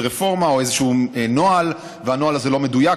רפורמה או איזה נוהל והנוהל הזה לא מדויק,